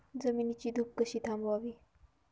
जमिनीची धूप कशी थांबवावी?